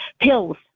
pills